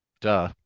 duh